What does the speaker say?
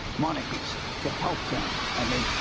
monarchies, to help them. i mean,